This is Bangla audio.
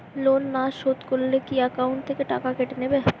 লোন না শোধ করলে কি একাউন্ট থেকে টাকা কেটে নেবে?